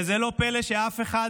וזה לא פלא שאף אחד